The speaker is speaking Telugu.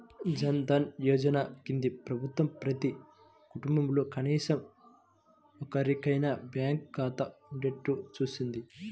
జన్ ధన్ యోజన కింద ప్రభుత్వం ప్రతి కుటుంబంలో కనీసం ఒక్కరికైనా బ్యాంకు ఖాతా ఉండేట్టు చూసింది